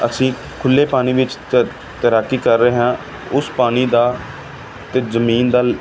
ਅਸੀਂ ਖੁੱਲ੍ਹੇ ਪਾਣੀ ਵਿੱਚ ਤੈ ਤੈਰਾਕੀ ਕਰ ਰਹੇ ਹਾਂ ਉਸ ਪਾਣੀ ਦਾ ਅਤੇ ਜਮੀਨ ਦਾ